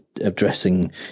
addressing